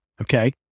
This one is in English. okay